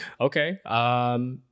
okay